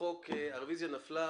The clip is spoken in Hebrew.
הרביזיה לא נתקבלה.